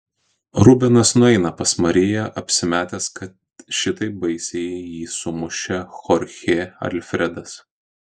rubenas nueina pas mariją apsimetęs kad šitaip baisiai jį sumušė chorchė alfredas